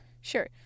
Sure